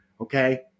okay